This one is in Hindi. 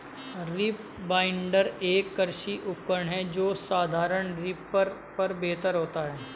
रीपर बाइंडर, एक कृषि उपकरण है जो साधारण रीपर पर बेहतर होता है